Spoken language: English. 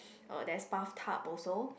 uh there's bathtub also